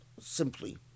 simply